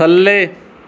ਥੱਲੇ